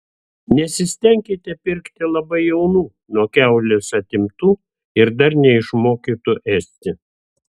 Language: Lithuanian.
nesistenkite pirkti labai jaunų nuo kiaulės atimtų ir dar neišmokytų ėsti